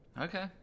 Okay